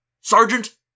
Sergeant